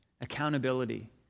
accountability